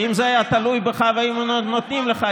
שאם זה היה תלוי בך והיו נותנים לך,